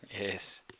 Yes